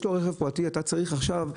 יש לאדם רכב פרטי ועכשיו אתה צריך לפתות